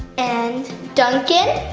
and duncan.